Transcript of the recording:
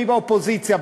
מי באופוזיציה,